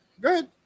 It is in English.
Good